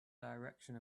direction